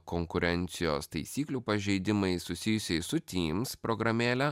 konkurencijos taisyklių pažeidimais susijusiais su teams programėle